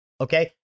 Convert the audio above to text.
okay